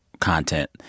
content—